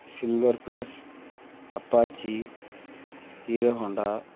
silver plus apache Hero Honda